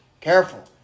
Careful